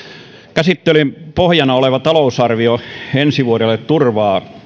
käsittelyn pohjana oleva talousarvio ensi vuodelle turvaa